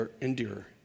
endure